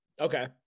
Okay